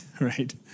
right